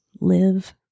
live